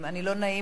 לא נעים לי